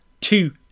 two